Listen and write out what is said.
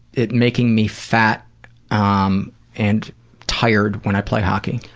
it making me fat ah um and tired when i play hockey.